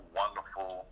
wonderful